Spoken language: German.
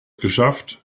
geschafft